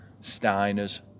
Steiner's